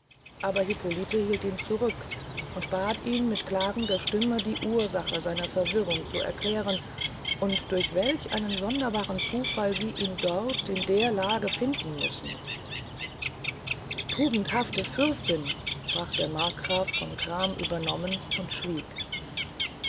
aber hippolite hielt ihn zurück und bat ihn mit klagender stimme die ursache seiner verwirrung zu erklären und durch welch einen sonderbaren zufall sie ihn dort in der lage finden müssen tugendhafte fürstin sprach der markgraf von gram übernommen und schwieg